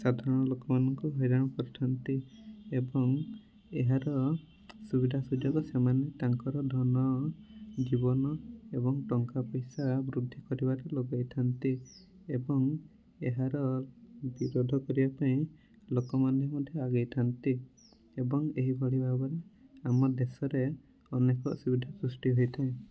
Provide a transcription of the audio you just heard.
ସାଧାରଣ ଲୋକମାନଙ୍କୁ ହଇରାଣ କରିଥାନ୍ତି ଏବଂ ଏହାର ସୁବିଧା ସୁଯୋଗ ସେମାନେ ତାଙ୍କର ଧନ ଜୀବନ ଏବଂ ଟଙ୍କା ପଇସା ବୃଦ୍ଧି କରିବାରେ ଲଗାଇଥାନ୍ତି ଏବଂ ଏହାର ବିରୋଧ କରିବା ପାଇଁ ଲୋକମାନେ ମଧ୍ୟ ଆଗେଇଥାନ୍ତି ଏବଂ ଏହିପରି ଭାବରେ ଆମ ଦେଶରେ ଅନେକ ଅସୁବିଧା ସୃଷ୍ଟି ହୋଇଥାଏ